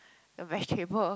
the vegetable